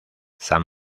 san